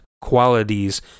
qualities